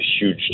huge